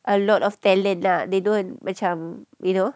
a lot of talent lah they don't macam you know